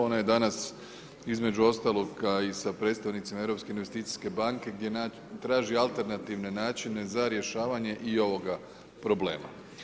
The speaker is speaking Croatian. Ona je danas između ostalog sa predstavnicima Europske investicijske banke gdje traži alternativne načine za rješavanje i ovoga problema.